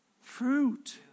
fruit